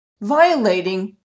Violating